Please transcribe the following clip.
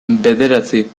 bederatzi